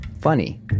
Funny